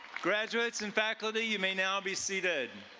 graduates and faculty, you may now be seated.